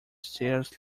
stairs